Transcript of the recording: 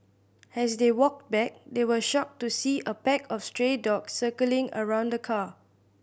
as they walked back they were shocked to see a pack of stray dog circling around the car